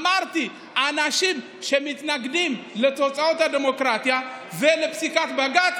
אמרתי: אנשים שמתנגדים לתוצאות הדמוקרטיה ולפסיקת בג"ץ,